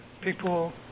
people